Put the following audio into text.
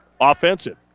offensive